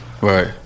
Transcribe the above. Right